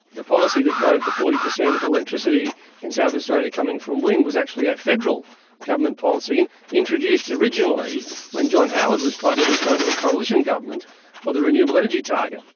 the policy that drove the forty percent of electricity in south australia coming from wind was actually a federal government policy introduced originally when john howard was prime minister under a coalition government for the renewable energy target.